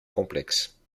complexe